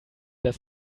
das